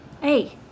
Hey